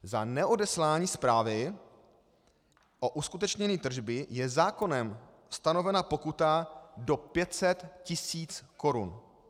Za neodeslání zprávy o uskutečnění tržby je zákonem stanovena pokuta do 500 tis. korun.